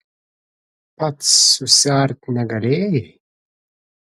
pats susiart negalėjai